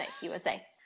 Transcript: USA